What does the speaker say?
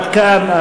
עד כאן.